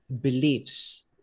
beliefs